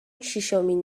شیشمین